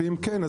ואם כן,